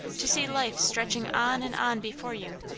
to see life stretching on and on before you,